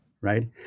right